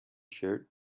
shirt